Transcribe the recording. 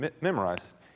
memorized